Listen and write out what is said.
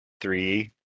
three